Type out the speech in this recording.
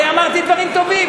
הרי אמרתי דברים טובים.